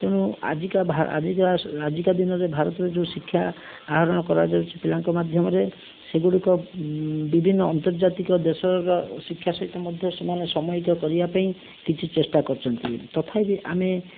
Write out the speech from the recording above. ତେଣୁ ଆଜିକା ଭା ଆଜିକା ଆଜିକାଦିନରେ ଭାରତର ଯେଉଁ ଶିକ୍ଷା ଆହରଣ କରାଯାଉଛି ପିଲାଙ୍କ ମାଧ୍ୟମରେ ସେଗୁଡ଼ିକ ବିଭିନ୍ନ ଆନ୍ତର୍ଜାତିକ ଦେଶର ଶିକ୍ଷା ସହିତ ମଧ୍ୟ ସେମାନେ ସାମୂହିକ କରିବାପାଇଁ କିଛି ଚେଷ୍ଟା କରିଛନ୍ତି ତଥାପି ଆମେ